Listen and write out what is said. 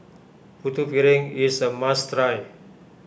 Putu Piring is a must try